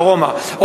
דרומה,